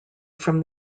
from